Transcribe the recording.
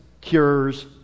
cures